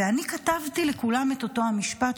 ואני כתבתי לכולם את אותו משפט,